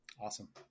Awesome